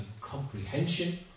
comprehension